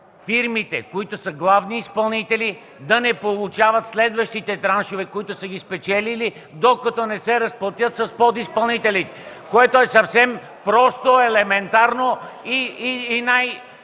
фирмите, които са главни изпълнители, да не получават следващите траншове, които са спечелили, докато не се разплатят с подизпълнителите си, което е съвсем просто, елементарно и следва,